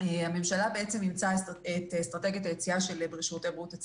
ערב הקורונה התאמנו אצלי במרכז הפרטי,